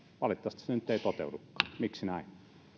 valitettavasti se nyt ei toteudu miksi näin